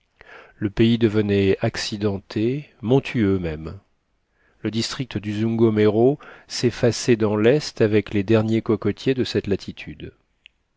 le pays devenait accidenté montueux même le district du zungomero s'effaçait dans l'est avec les derniers cocotiers de cette latitude